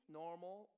normal